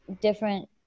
different